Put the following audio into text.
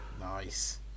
Nice